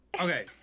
okay